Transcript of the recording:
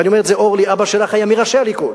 אני אומר את זה, אורלי, אבא שלך היה מראשי הליכוד,